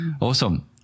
Awesome